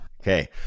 Okay